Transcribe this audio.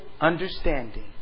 understanding